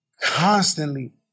constantly